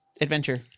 adventure